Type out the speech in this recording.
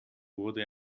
wurde